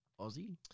Aussie